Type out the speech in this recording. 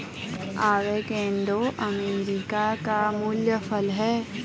avocado America का मूल फल है